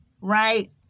right